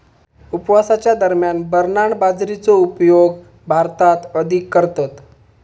उपवासाच्या दरम्यान बरनार्ड बाजरीचो उपयोग भारतात अधिक करतत